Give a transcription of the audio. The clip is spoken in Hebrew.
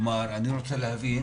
אני רוצה להבין